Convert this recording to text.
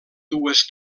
dues